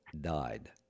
died